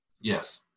Yes